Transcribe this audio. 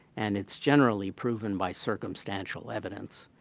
and it's generally proven by circumstantial evidence.